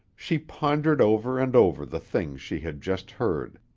she pondered over and over the things she had just heard,